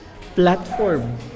platform